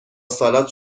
سالاد